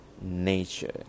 nature